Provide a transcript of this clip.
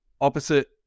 Opposite